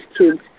cubes